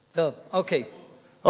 אוקיי.